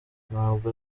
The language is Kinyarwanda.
ntabwo